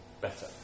better